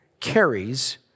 carries